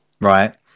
right